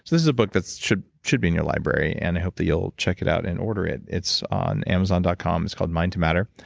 this is a book that should should be in your library, and i hope that you'll check it out and order it. it's on amazon dot com. it's called mind to matter.